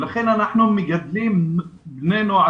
לכן אנחנו מגדלים בני נוער,